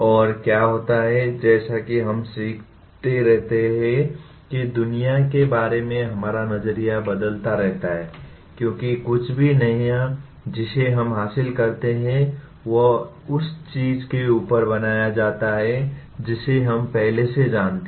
और क्या होता है जैसा कि हम सीखते रहते हैं कि दुनिया के बारे में हमारा नजरिया बदलता रहता है क्योंकि कुछ भी नया जिसे हम हासिल करते हैं वह उस चीज के ऊपर बनाया जाता है जिसे हम पहले से जानते हैं